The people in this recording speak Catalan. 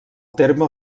terme